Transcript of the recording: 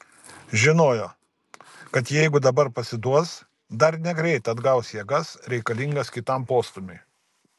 žinojo kad jeigu dabar pasiduos dar negreit atgaus jėgas reikalingas kitam postūmiui